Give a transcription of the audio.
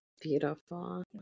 Beautiful